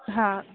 हा